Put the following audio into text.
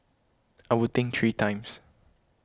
I would think three times